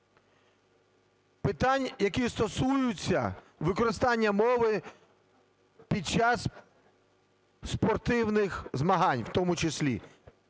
питань, які стосуються використання мови під час спортивних змагань, в тому числі